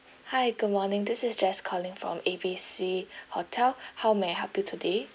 hi good morning this is jess calling from A B C hotel how may I help you today